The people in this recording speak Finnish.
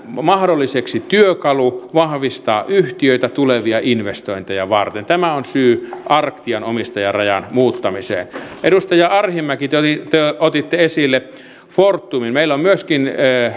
mahdolliseksi työkalun vahvistaa yhtiöitä tulevia investointeja varten tämä on syy arctian omistajarajan muuttamiseen edustaja arhinmäki te otitte esille fortumin meillä on myöskin